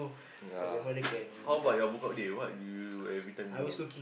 ya how about your book out a day what do you every time do